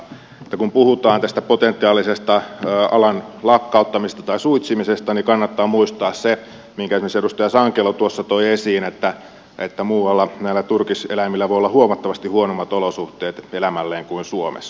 kun puhutaan potentiaalisesta alan lakkauttamisesta tai suitsimisesta niin kannattaa muistaa se minkä esimerkiksi edustaja sankelo toi esiin että muualla turkiseläimillä voi olla huomattavasti huonommat olosuhteet elämälleen kuin suomessa